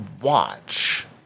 watch